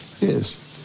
Yes